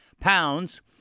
pounds